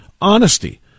honesty